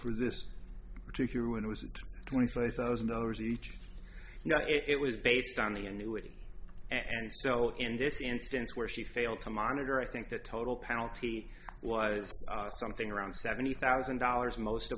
for this particular one was twenty five thousand dollars each you know it was based on the annuity and so in this instance where she failed to monitor i think the total penalty was something around seventy thousand dollars most